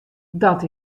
dat